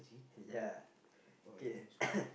ya K